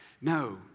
No